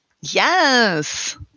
Yes